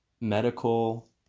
medical